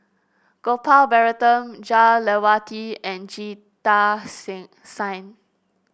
Gopal Baratham Jah Lelawati and Jita Singh